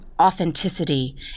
authenticity